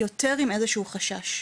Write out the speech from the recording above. יותר עם איזשהו חשש.